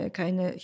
keine